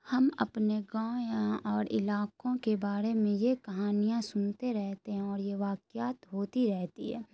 ہم اپنے گاؤں یا اور علاقوں کے بارے میں یہ کہانیاں سنتے رہتے ہیں اور یہ واقعات ہوتی رہتی ہے